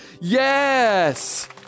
yes